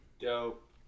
Dope